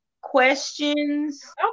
questions